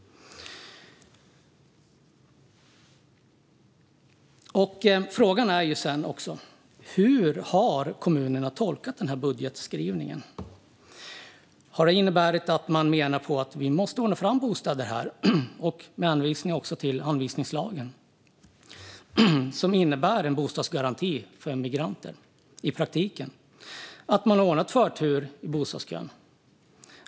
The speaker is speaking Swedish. Frågan är också hur kommunerna har tolkat denna budgetskrivning. Har det inneburit att man menar att vi måste ordna fram bostäder här - med hänvisning också till anvisningslagen, som i praktiken är en bostadsgaranti för migranter? Har man ordnat förtur i bostadskön?